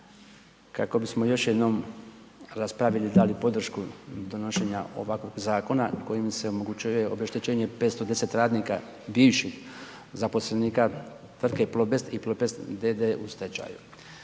kako bismo još jednom raspravili i dali podršku donošenja ovakvog zakona kojim se omogućuje obeštećenje 510 radnika bivših zaposlenika Tvrtke „Plobest“ i „Plobest d.d.“ u stečaju.